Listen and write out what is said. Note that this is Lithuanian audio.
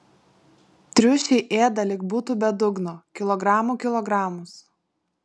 triušiai ėda lyg būtų be dugno kilogramų kilogramus